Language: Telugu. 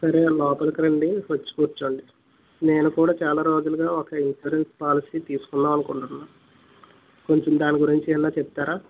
సరే లోపలికి రండి వచ్చి కూర్చోండి నేను కూడా చాలా రోజులుగా ఒక ఇన్సూరెన్స్ పాలసీ తీసుకుందాము అనుకుంటున్నాను కొంచెం దాని గురించి ఏమైనా చెప్తారా